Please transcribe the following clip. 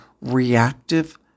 reactive